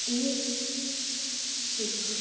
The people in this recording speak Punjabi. ਇਹ ਇੱਕ